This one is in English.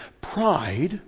Pride